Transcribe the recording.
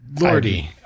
lordy